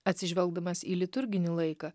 atsižvelgdamas į liturginį laiką